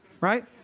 right